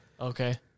Okay